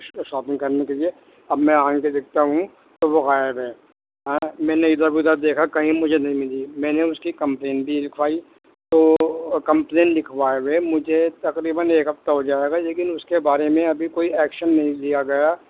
shopping کرنے کے لیے اب میں آن کے دیکھتا ہوں تو وہ غائب ہے میں میں نے ادھر ادھر دیکھا کہیں مجھے نہیں ملی میں نے اس کی کمپلین بھی لکھوائی تو کمپلین لکھوائے ہوئے مجھے تقریباً ایک ہفتہ ہو جائے گا لیکن اس کے بارے میں ابھی کوئی ایکشن نہیں لیا گیا